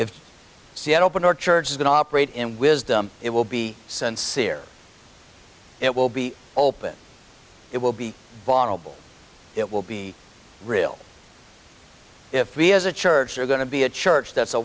if see it open or churches can operate in wisdom it will be sincere it will be open it will be bottled it will be real if we as a church are going to be a church that's a